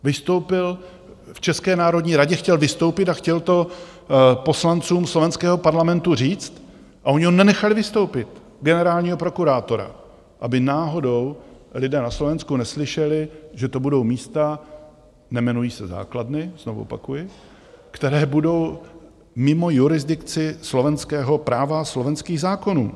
Vystoupil v české národní radě, chtěl vystoupit, chtěl to poslancům slovenského parlamentu říct a oni ho nenechali vystoupit generálního prokurátora, aby náhodou lidé na Slovensku neslyšeli, že to budou místa nejmenují se základny, znovu opakuji která budou mimo jurisdikci slovenského práva a slovenských zákonů.